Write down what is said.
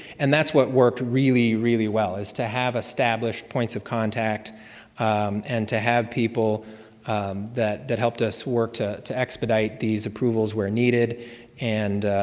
and that's what worked really, really well, is to have established points of contact and to have people that that helped us, who worked to to expedite these approvals where needed and